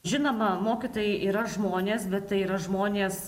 žinoma mokytojai yra žmonės bet tai yra žmonės